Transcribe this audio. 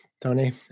Tony